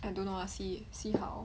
I don't know ah see see how